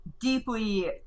deeply